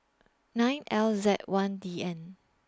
nine L Z one D N